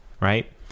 right